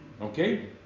Okay